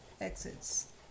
exits